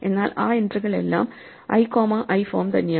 എന്നാൽ ആ എൻട്രികൾ എല്ലാം i കോമ i ഫോം തന്നെയാണ്